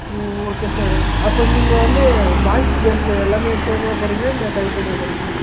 ம்ம் okay sir அப்போ நீங்கள் வந்து பாய்ஸ் கேர்ள்ஸில் எல்லாமே சேமாக போகறிங்களா இல்லை தனி தனியாக போகறிங்களா